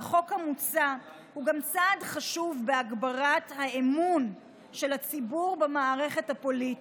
החוק המוצע הוא גם צעד חשוב בהגברת האמון של הציבור במערכת הפוליטית,